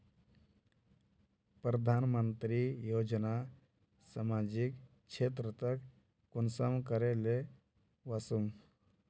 प्रधानमंत्री योजना सामाजिक क्षेत्र तक कुंसम करे ले वसुम?